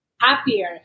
happier